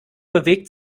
bewegt